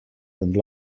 and